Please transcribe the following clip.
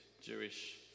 Jewish